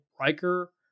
Riker